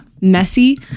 messy